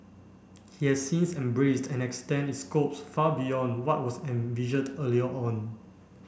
he has since embraced and extend its scope far beyond what was envisioned earlier on